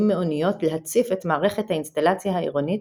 מאוניות להציף את מערכת האינסטלציה העירונית,